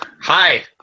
hi